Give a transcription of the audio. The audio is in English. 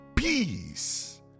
Peace